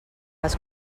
les